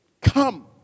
come